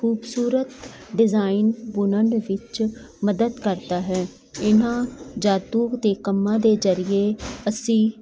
ਖੂਬਸੂਰਤ ਡਿਜਾਈਨ ਬੁਣਨ ਵਿੱਚ ਮਦਦ ਕਰਦਾ ਹੈ ਇਹਨਾਂ ਜਾਦੂਕ ਦੇ ਕੰਮਾਂ ਦੇ ਜ਼ਰੀਏ ਅਸੀਂ